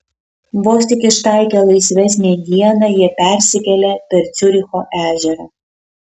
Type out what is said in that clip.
vos tik ištaikę laisvesnę dieną jie persikelia per ciuricho ežerą